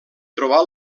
trobar